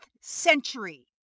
century